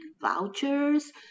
vouchers